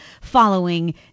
following